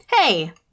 hey